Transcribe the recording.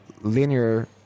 linear